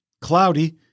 cloudy